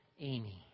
Amy